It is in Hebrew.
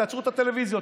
תעצרו את הטלוויזיות,